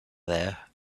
there